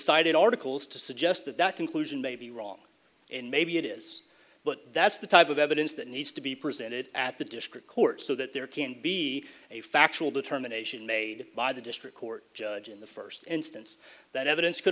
cited articles to suggest that that conclusion may be wrong and maybe it is but that's the type of evidence that needs to be presented at the district court so that there can be a factual determination made by the district court judge in the first instance that evidence could